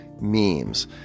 Memes